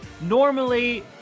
Normally